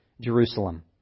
Jerusalem